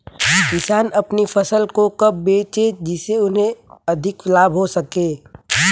किसान अपनी फसल को कब बेचे जिसे उन्हें अधिक लाभ हो सके?